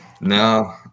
No